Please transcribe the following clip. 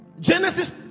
genesis